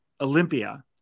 Olympia